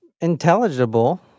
intelligible